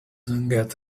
get